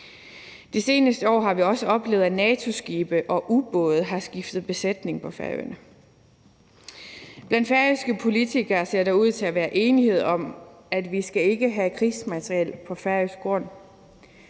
De seneste år har vi også oplevet, at NATO-skibe og ubåde har skiftet besætning på Færøerne. Blandt færøske politikere ser der ud til at være enighed om, at vi ikke skal have krigsmateriel på færøsk grund,